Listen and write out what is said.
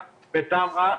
בטמרה,